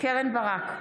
קרן ברק,